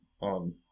on